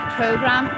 program